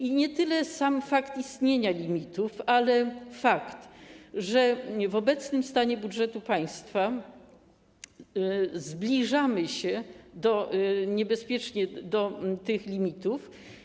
I nie tyle sam fakt istnienia limitów, ale fakt, że w obecnym stanie budżetu państwa zbliżamy się niebezpiecznie do tych limitów.